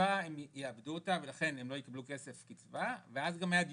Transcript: הם יאבדו את הקצבה ולא יקבלו את הכסף של הקצבה והיה